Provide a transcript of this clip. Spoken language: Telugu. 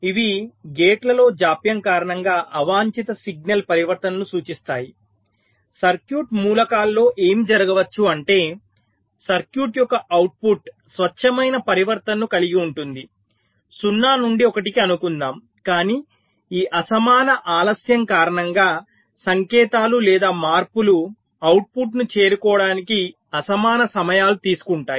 ఇవి గేట్లలో జాప్యం కారణంగా అవాంఛిత సిగ్నల్ పరివర్తనలను సూచిస్తాయి సర్క్యూట్ మూలకాలలో ఏమి జరగవచ్చు అంటే సర్క్యూట్ యొక్క అవుట్పుట్ స్వచ్ఛమైన పరివర్తనను కలిగి ఉంటుంది 0 నుండి 1 కి అనుకుందాం కాని ఈ అసమాన ఆలస్యం కారణంగా సంకేతాలు లేదా మార్పులు అవుట్పుట్ను చేరుకోవడానికి అసమాన సమయాలు తీసుకుంటాయి